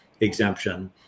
exemption